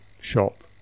shop